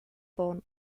born